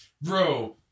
bro